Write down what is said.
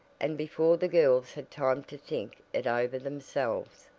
and before the girls had time to think it over themselves,